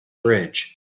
bridge